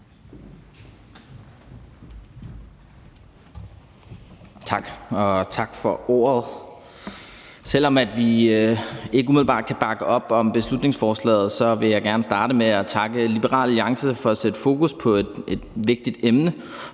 Tak for ordet. Selv om vi ikke umiddelbart kan bakke op om beslutningsforslaget, vil jeg gerne starte med at takke Liberal Alliance for at sætte fokus på et vigtigt emne